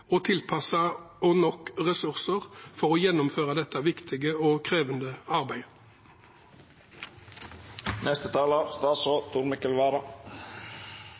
og tilpassede og nok ressurser for å gjennomføre dette viktige og